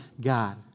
God